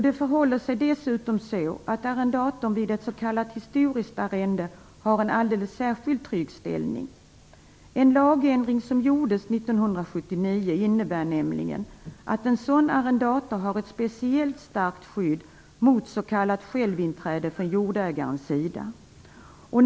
Det förhåller sig dessutom så att arrendatorn vid ett s.k. historiskt arrende har en alldeles särskilt trygg ställning. En lagändring som gjordes år 1979 innebär nämligen att en sådan arrendator har ett speciellt starkt skydd mot s.k. självinträde från jordägarens sida. Fru talman!